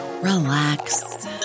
relax